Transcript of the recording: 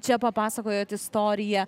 čia papasakojot istoriją